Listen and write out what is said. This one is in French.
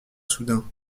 soudain